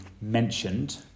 mentioned